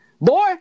boy